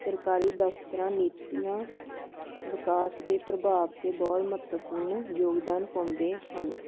ਸਰਕਾਰੀ ਦਫਤਰਾਂ ਨੀਤੀਆਂ ਵਿਕਾਸ ਦੇ ਪ੍ਰਭਾਵ 'ਤੇ ਬਹੁਤ ਮਹੱਤਵਪੂਰਨ ਯੋਗਦਾਨ ਪਾਉਂਦੇ ਹਨ